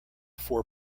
four